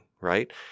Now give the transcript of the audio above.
right